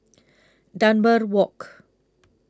Dunbar Walk